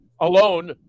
Alone